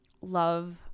love